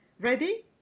Ready